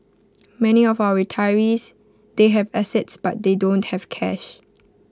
many of our retirees they have assets but they don't have cash